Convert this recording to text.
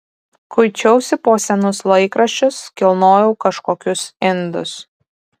kuičiausi po senus laikraščius kilnojau kažkokius indus